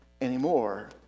anymore